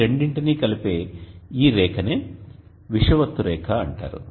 ఈ రెండింటిని కలిసే ఈ రేఖనే విషువత్తు రేఖ అంటారు